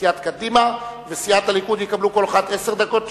סיעת קדימה וסיעת הליכוד יקבלו כל אחת עשר דקות,